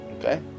Okay